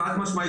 חד משמעית,